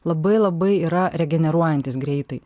labai labai yra regeneruojantis greitai